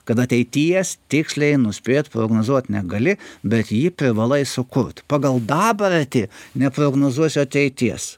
kad ateities tiksliai nuspėt prognozuoti negali bet jį privalai sukurti pagal dabartį neprognozuosi ateities